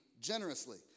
generously